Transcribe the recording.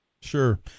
Sure